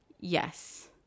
Yes